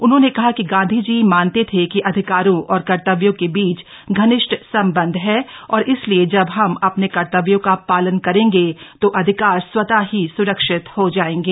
उन्होंने कहा कि गांधी जी मानते थे कि अधिकारों और कर्तव्यों के बीच घनिष्ठ संबंध हैं और इसलिए जब हम अपने कर्तव्यों का पालन करेंगे तो अधिकार स्वतः ही स्रक्षित हो जाएंगे